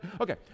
Okay